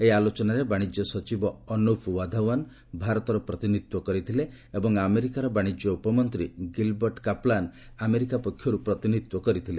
ଏହି ଆଲୋଚନାରେ ବାଣିଜ୍ୟ ସଚିବ ଅନୁପ ୱାଧାଓ୍ୱନ୍ ଭାରତର ପ୍ରତିନିଧିତ୍ୱ କରିଥିଲେ ଏବଂ ଆମେରିକାର ବାଣିଜ୍ୟ ଉପମନ୍ତ୍ରୀ ଗିଲ୍ବର୍ଟ କାପ୍ଲାନ୍ ଆମେରିକା ପକ୍ଷରୁ ପ୍ରତିନିଧିତ୍ୱ କରିଥିଲେ